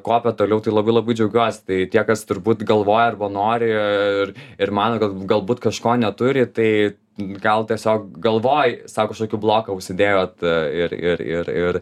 kopia toliau tai labai labai džiaugiuosi tai tie kas turbūt galvoja arba nori ir ir mano kad galbūt kažko neturi tai gal tiesiog galvoj sau kažkokį bloką užsidėjot ir ir ir ir